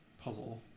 puzzle